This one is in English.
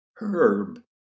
Herb